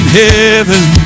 heaven